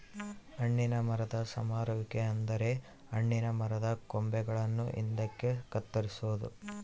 ಹಣ್ಣಿನ ಮರದ ಸಮರುವಿಕೆ ಅಂದರೆ ಹಣ್ಣಿನ ಮರದ ಕೊಂಬೆಗಳನ್ನು ಹಿಂದಕ್ಕೆ ಕತ್ತರಿಸೊದು